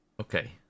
Okay